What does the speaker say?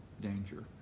danger